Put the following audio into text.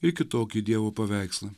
ir kitokį dievo paveikslą